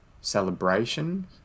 celebration